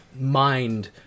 mind